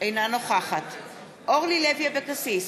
אינה נוכחת אורלי לוי אבקסיס,